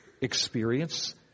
experience